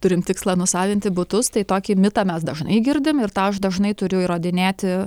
turim tikslą nusavinti butus tai tokį mitą mes dažnai girdim ir tą aš dažnai turiu įrodinėti